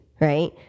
right